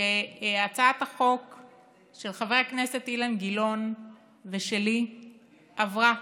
כשהצעת החוק של חבר הכנסת אילן גילאון ושלי עברה.